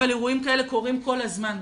אבל אירועים כאלה קורים כל הזמן.